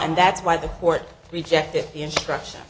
and that's why the court rejected the instruction